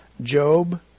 Job